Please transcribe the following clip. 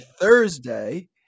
Thursday